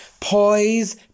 poise